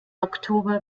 oktober